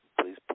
please